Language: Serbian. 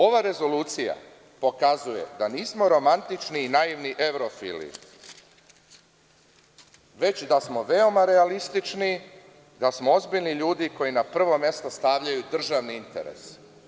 Ova rezolucija pokazuje da nismo romantični i naivni evrofili, već da smo veoma realistični, da smo ozbiljni ljudi koji na prvo mesto stavljaju državni interes.